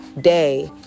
day